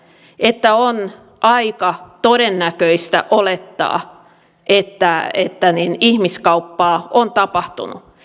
että on aika todennäköistä olettaa että että ihmiskauppaa on tapahtunut